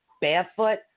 barefoot